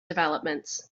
developments